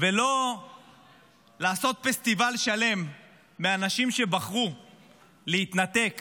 ולא לעשות פסטיבל שלם מאנשים שבחרו להתנתק